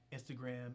Instagram